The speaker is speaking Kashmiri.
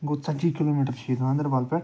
گوٚو ژَتجی کِلوٗمیٖٹَر چھِ یہِ گاندَربَل پٮ۪ٹھ